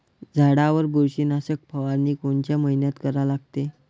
झाडावर बुरशीनाशक फवारनी कोनच्या मइन्यात करा लागते?